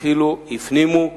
התחילו והפנימו,